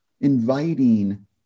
inviting